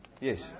Yes